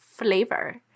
flavor